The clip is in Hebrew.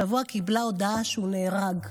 השבוע היא קיבלה הודעה שהוא נהרג.